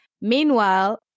meanwhile